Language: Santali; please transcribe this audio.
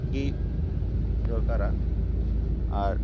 ᱜᱮ ᱫᱚᱨᱠᱟᱨᱟ ᱟᱨ